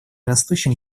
растущем